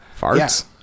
Farts